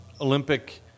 Olympic